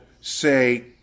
say